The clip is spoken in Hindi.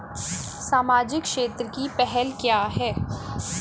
सामाजिक क्षेत्र की पहल क्या हैं?